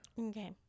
Okay